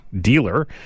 dealer